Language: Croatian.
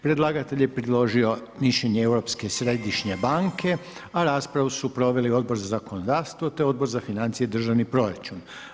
Predlagatelj je predložio mišljenje Europske središnje banke a raspravu su proveli Odbor za zakonodavstvo, te Odbor za financije i državni proračun.